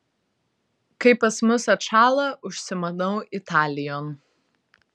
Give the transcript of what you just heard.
kai pas mus atšąla užsimanau italijon